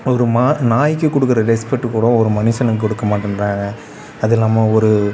ஒரு ம நாய்க்கு கொடுக்குற ரெஸ்பெக்ட் கூட ஒரு மனுஷனுக்கு கொடுக்க மாட்டேன்றாங்க அதுவும் இல்லாமல் ஒரு